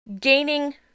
gaining